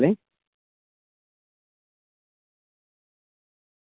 okay ఒక ఎనిమిది family ప్యాక్లు కట్టండి పార్సిల్